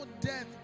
death